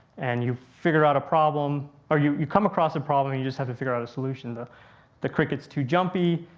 and you figure out a problem, or, you you come across a problem you just have to figure out a solution. the the cricket's too jumpy,